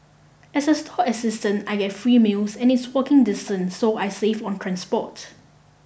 as a stall assistant I get free meals and it's walking distance so I save on transport